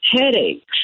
headaches